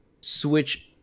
Switch